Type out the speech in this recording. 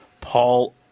Paul